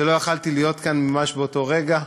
שלא יכולתי להיות כאן ממש באותו רגע.